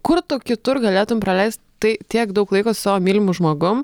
kur kitur galėtum praleist tai tiek daug laiko su savo mylimu žmogum